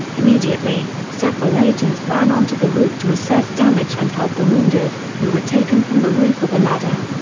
immediately, several agents ran onto the roof to assess damage and help the wounded, who were taken from the roof with a ladder.